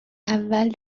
اول